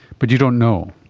but you don't know.